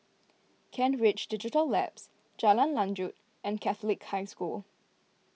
Kent Ridge Digital Labs Jalan Lanjut and Catholic High School